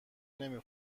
نمی